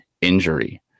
injury